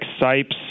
Sipes